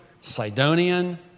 Sidonian